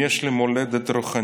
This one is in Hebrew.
"אם יש לי מולדת רוחנית,